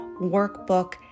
workbook